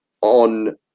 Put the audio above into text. on